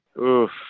Oof